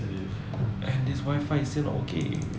and this wi-fi is still not working